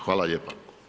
Hvala lijepo.